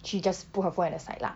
she just put her phone at the side lah